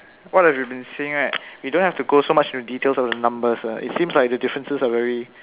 what I've have been seeing right you don't have to go so much into details of the numbers lah it seems like the differences are very